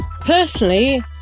Personally